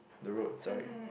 the road side